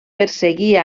perseguir